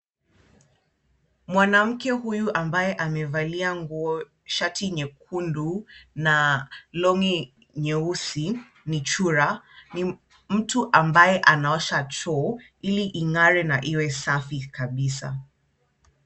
Mwanamke huyu ambaye amevalia shati nyekundu na long'i nyeusi ni chura, ni mtu ambaye anaosha choo, ili ing'are na iwe safi kabisa.